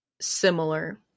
similar